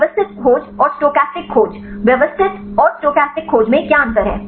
व्यवस्थित खोज और स्टोकेस्टिक खोज व्यवस्थित और स्टोचस्टिक खोज में क्या अंतर हैं